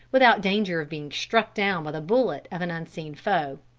without danger of being struck down by the bullet of an unseen foe.